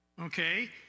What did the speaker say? okay